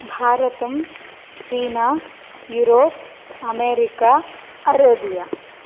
भारतं चीना Europe America Arabia